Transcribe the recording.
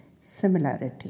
similarity